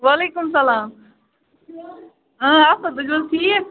وعلیکُم سَلام اَصٕل تُہۍ چھِو حظ ٹھیٖک